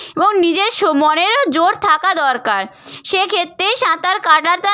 এবং নিজের শ মনেরও জোর থাকা দরকার সেক্ষেত্রে সাঁতার কাটাটা